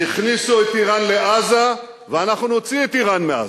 הכניסו את אירן לעזה ואנחנו נוציא את אירן מעזה.